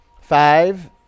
Five